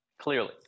Clearly